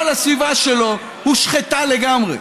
כל הסביבה שלו הושחתה לגמרי.